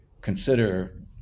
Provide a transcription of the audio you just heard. consider